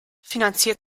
finanziert